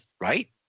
right